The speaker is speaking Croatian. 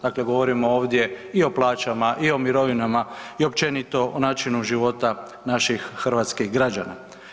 Dakle, govorimo ovdje i o plaćama i o mirovinama i općenito o načinu života naših hrvatskih građana.